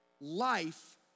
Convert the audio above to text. Life